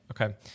Okay